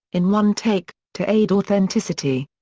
in one take, to aid authenticity.